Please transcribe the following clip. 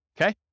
Okay